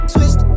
Twist